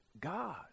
God